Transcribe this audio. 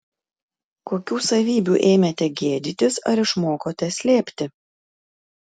kokių savybių ėmėte gėdytis ar išmokote slėpti